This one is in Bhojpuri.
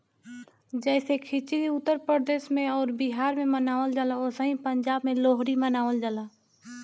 जैसे खिचड़ी उत्तर प्रदेश अउर बिहार मे मनावल जाला ओसही पंजाब मे लोहरी मनावल जाला